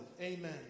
Amen